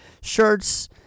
shirts